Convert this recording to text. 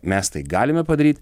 mes tai galime padaryt